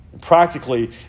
Practically